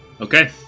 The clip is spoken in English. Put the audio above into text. Okay